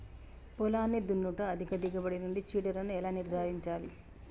పొలాన్ని దున్నుట అధిక దిగుబడి నుండి చీడలను ఎలా నిర్ధారించాలి?